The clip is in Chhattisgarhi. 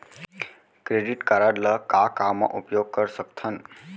क्रेडिट कारड ला का का मा उपयोग कर सकथन?